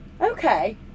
okay